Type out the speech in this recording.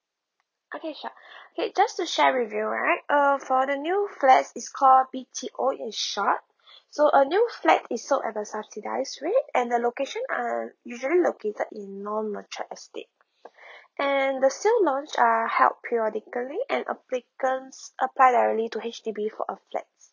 okay sure K just to share with you right uh for the new flats is call B_T_O in short so a new flat is sold at a subsidize rate and the location are usually located in non mature estate and the sale launch are held periodically and applicants apply directly to H_D_B for a flats